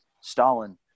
Stalin